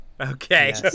okay